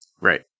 Right